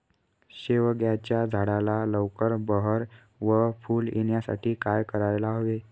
शेवग्याच्या झाडाला लवकर बहर व फूले येण्यासाठी काय करायला हवे?